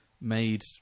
made